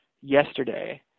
yesterday